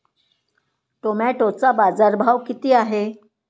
टोमॅटोचा बाजारभाव किती आहे?